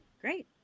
Great